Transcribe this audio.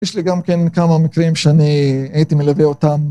יש לי גם כן כמה מקרים שאני הייתי מלווה אותם